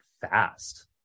fast